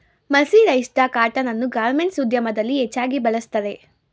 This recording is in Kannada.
ಮರ್ಸಿರೈಸ್ಡ ಕಾಟನ್ ಅನ್ನು ಗಾರ್ಮೆಂಟ್ಸ್ ಉದ್ಯಮದಲ್ಲಿ ಹೆಚ್ಚಾಗಿ ಬಳ್ಸತ್ತರೆ